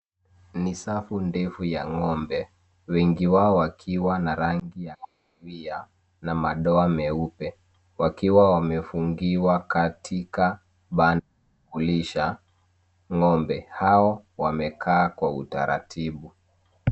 Ni safu ndefu ya ngombe wengi wao wakiwa na rangi ya waridi na madoa meupe wakiwa wamefungiwa katika banda la kulisha, ngombe hao wamekaa kwa utaratibu.